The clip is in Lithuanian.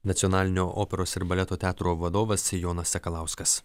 nacionalinio operos ir baleto teatro vadovas jonas sakalauskas